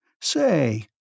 Say